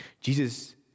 Jesus